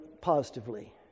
positively